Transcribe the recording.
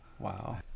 Wow